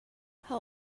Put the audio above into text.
how